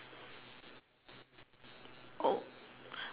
oh